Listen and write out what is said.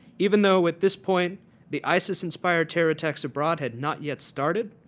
even though at this point the isis inspired terror attacks abroad had not yet started.